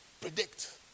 predict